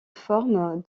forme